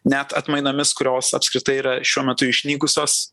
net atmainomis kurios apskritai yra šiuo metu išnykusios